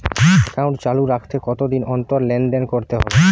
Account চালু রাখতে কতদিন অন্তর লেনদেন করতে হবে?